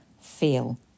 feel